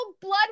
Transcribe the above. blood